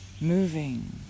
moving